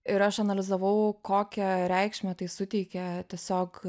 ir aš analizavau kokią reikšmę tai suteikia tiesiog